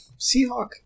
Seahawk